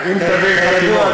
כידוע,